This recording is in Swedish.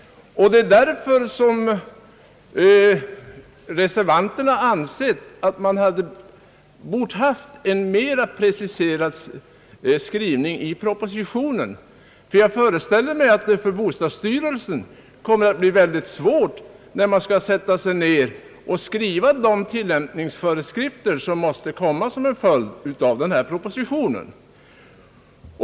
Därför anser reservanterna att skrivningen i propositionen borde ha varit mera preciserad, ty jag föreställer mig att det för bostadsstyrelsen kommer att bli mycket svårt att skriva de tillämpningsföreskrifter som måste bli en följd av propositionen.